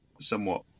somewhat